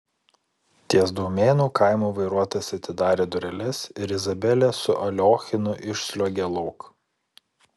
ties daumėnų kaimu vairuotojas atidarė dureles ir izabelė su aliochinu išsliuogė lauk